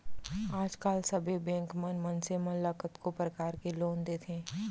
आज काल सबे बेंक मन मनसे मन ल कतको परकार के लोन देथे